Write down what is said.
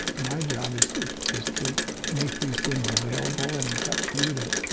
my job is to is to make these things available. and it's up to you to